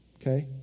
okay